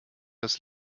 das